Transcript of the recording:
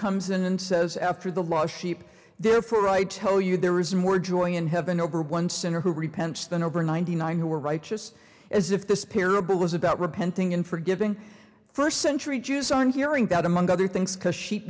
comes in and says after the law sheep therefore i tell you there is more joy in heaven over one sinner who repents than over ninety nine who are righteous as if this parable was about repenting in forgiving first century jews on hearing that among other things because she